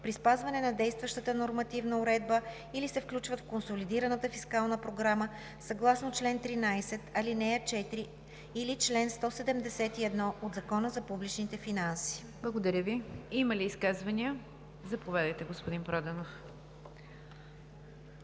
при спазване на действащата нормативна уредба или се включват в консолидираната фискална програма съгласно чл. 13, ал. 4 или чл. 171 от Закона за публичните финанси.“ ПРЕДСЕДАТЕЛ НИГЯР ДЖАФЕР: Има ли изказвания? Заповядайте, господин Проданов.